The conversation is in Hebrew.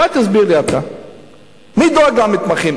אולי תסביר לי אתה מי דואג למתמחים,